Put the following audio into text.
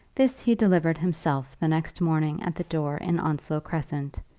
this he delivered himself the next morning at the door in onslow crescent,